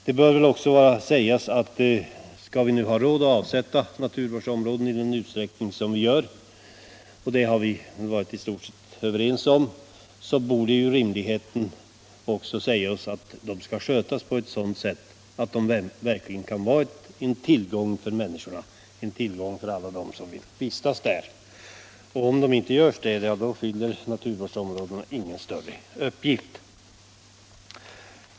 Det bör också sägas att skall vi ha råd att avsätta naturvårdsområden i den utsträckning som sker — och det har vi i stort sett varit överens om — borde vi rimligen också se till att de kan skötas på ett sådant sätt att de verkligen kan vara en tillgång för alla dem som vill vistas där. Om naturområdena inte sköts fyller de ingen större uppgift.